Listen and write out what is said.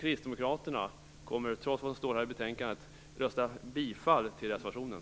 Kristdemokraterna kommer trots vad som står i betänkandet att rösta bifall till reservationen.